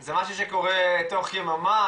זה משהו שקורה תוך יממה,